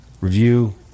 review